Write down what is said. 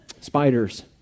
spiders